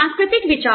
सांस्कृतिक विचार